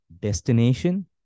destination